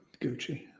Gucci